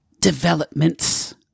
Developments